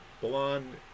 blonde